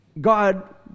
God